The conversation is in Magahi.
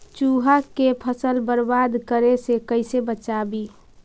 चुहा के फसल बर्बाद करे से कैसे बचाबी?